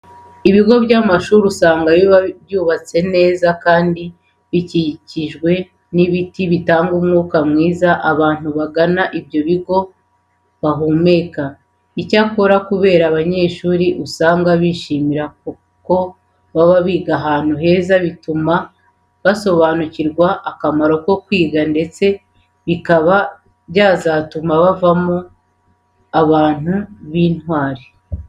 Ibigo by'amashuri usanga biba byubatse neza kandi bikikijwe n'ibiti bitanga umwuka myiza abantu bagana ibyo bigo bahumeka. Icyakora kubera ko abanyeshuri usanga bishimira ko baba bigira ahantu heza, bituma basobanukirwa akamaro ko kwiga ndetse bikaba byazatuma bavamo abantu b'intwari.